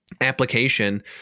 application